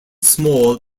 small